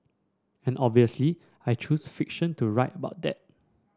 and obviously I choose fiction to write about that